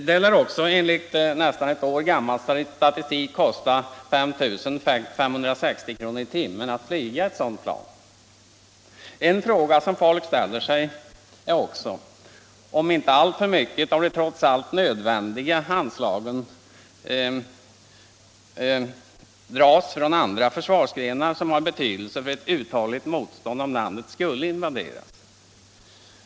Det lär också enligt en nästan ett år gammal statistik kosta 5 560 kr. i timmen att flyga ett sådant plan. En annan fråga som folk ställer sig är om inte alltför mycket av de trots allt nödvändiga militära anslagen dras från andra försvarsgrenar som har betydelse för ett uthålligt motstånd om landet skulle invaderas.